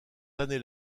années